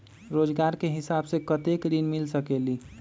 रोजगार के हिसाब से कतेक ऋण मिल सकेलि?